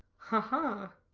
ha! ha!